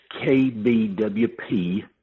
KBWP